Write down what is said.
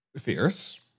Fierce